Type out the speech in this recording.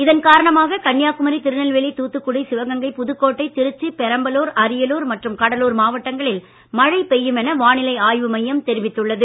இதன் காரணமாக கன்னியாகுமரி திருநெல்வேலி தூத்துக்குடி சிவகங்கை புதுக்கோட்டை திருச்சி பெரம்பலூர் அரியலூர் மற்றும் கடலூர் மாவட்டங்களில் மழை பெய்யும் என வானிலை ஆய்வு மையம் தெரிவித்துள்ளது